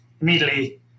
immediately